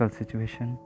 situation